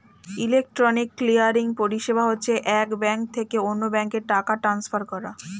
electronic clearing পরিষেবা হচ্ছে এক ব্যাঙ্ক থেকে অন্য ব্যাঙ্কে টাকা ট্রান্সফার করা